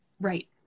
Right